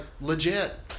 legit